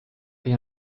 või